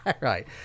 Right